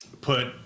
put